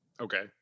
Okay